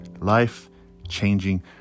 life-changing